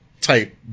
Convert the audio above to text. type